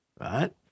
right